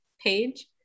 page